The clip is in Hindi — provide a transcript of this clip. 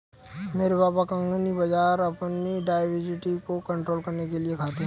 मेरे पापा कंगनी बाजरा अपनी डायबिटीज को कंट्रोल करने के लिए खाते हैं